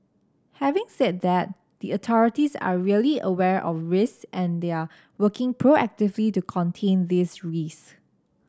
having said that the authorities are really aware of risks and they are working proactively to these risk